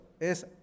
Es